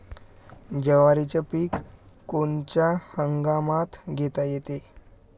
जवारीचं पीक कोनच्या हंगामात घेता येते?